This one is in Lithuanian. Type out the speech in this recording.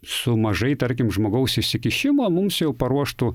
su mažai tarkim žmogaus įsikišimo mums jau paruoštų